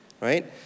right